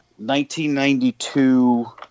1992